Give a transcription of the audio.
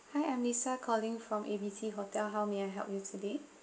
hi I'm lisa calling from A_B_C hotel how may I help you today